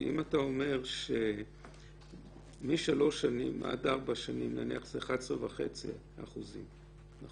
אם אתה אומר שמשלוש שנים עד ארבע שנים זה 11.5% - נכון?